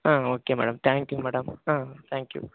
okay madam thank you madam thank you